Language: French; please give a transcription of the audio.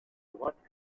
droite